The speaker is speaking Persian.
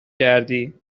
کردی